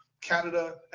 Canada